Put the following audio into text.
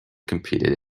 competed